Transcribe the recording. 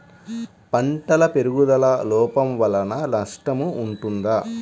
పంటల పెరుగుదల లోపం వలన నష్టము ఉంటుందా?